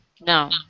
no